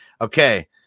Okay